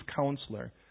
counselor